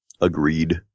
Agreed